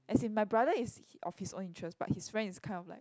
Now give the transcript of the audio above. as in my brother is of his own interest but his friend is kind of like